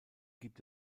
gibt